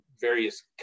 various